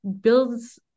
builds